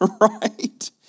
right